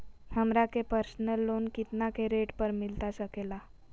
हमरा के personal loan कितना के रेट पर मिलता सके ला?